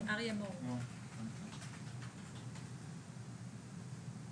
צריך לעשות את זה בתקנות הכלליות.